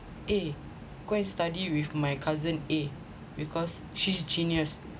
eh go and study with my cousin eh because she's genius